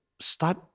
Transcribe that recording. start